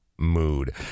mood